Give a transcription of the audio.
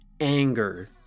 anger